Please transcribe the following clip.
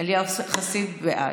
ואליהו חסיד, בעד.